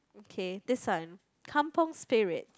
okay this one kampung spirit